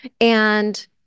and-